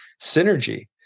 synergy